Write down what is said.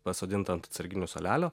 pasodinta ant atsarginių suolelio